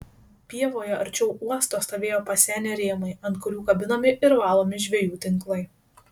pievoje arčiau uosto stovėjo pasenę rėmai ant kurių kabinami ir valomi žvejų tinklai